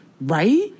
right